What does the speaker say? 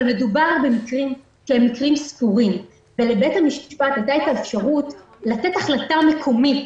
מדובר במקרים ספורים ולבית המשפט הייתה אפשרות לתת החלטה מקומית